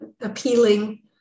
appealing